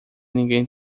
ninguém